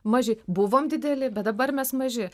maži buvom dideli bet dabar mes maži